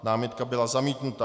Námitka byla zamítnuta.